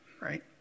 right